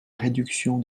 réduction